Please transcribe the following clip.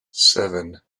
seven